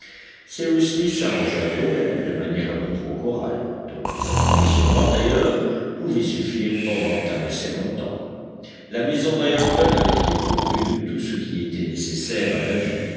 cyrus smith s'arrangea donc de manière à vivre au corral dont les approvisionnements d'ailleurs pouvaient suffire pendant un assez long temps la maison d'ayrton avait été pourvue de tout ce qui était nécessaire à la vie